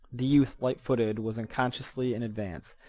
the youth, light-footed, was unconsciously in advance.